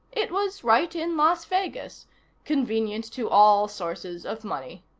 it was right in las vegas convenient to all sources of money.